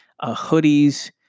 hoodies